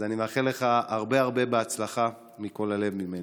אז אני מאחל לך הרבה הרבה בהצלחה, מכל הלב ממני.